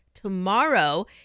tomorrow